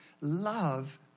Love